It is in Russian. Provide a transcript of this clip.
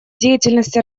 деятельности